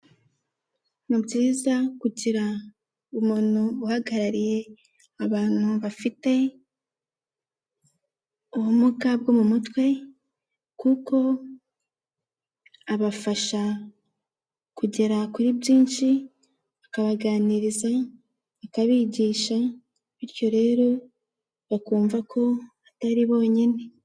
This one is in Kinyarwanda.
Ni byiza kugira umuntu uhagarariye abantu bafite ubumuga bwo mu mutwe, kuko abafasha kugera kuri byinshi, akabaganiriza, akabigisha, bityo rero bakumva ko batari bonyine.